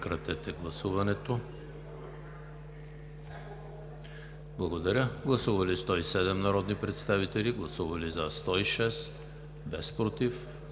Благодаря.